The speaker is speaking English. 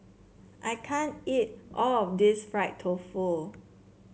I can't eat all of this Fried Tofu